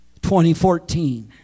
2014